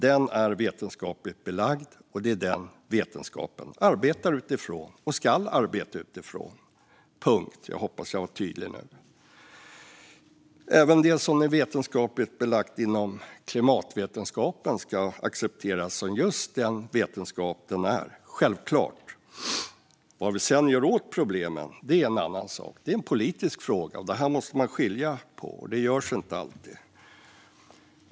Den är vetenskapligt belagd, och det är den som vetenskapen arbetar utifrån och ska arbeta utifrån. Jag hoppas att jag var tydlig nu. Även det som är vetenskapligt belagt inom klimatvetenskapen ska accepteras som just den vetenskap som den är - självklart. Vad vi sedan gör åt problemen är en annan sak. Det är en politisk fråga. Dessa saker måste man skilja på, vilket inte alltid görs.